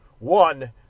One